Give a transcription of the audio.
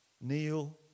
Kneel